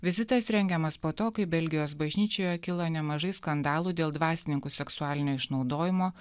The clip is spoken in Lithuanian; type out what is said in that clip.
vizitas rengiamas po to kai belgijos bažnyčioje kilo nemažai skandalų dėl dvasininkų seksualinio išnaudojimo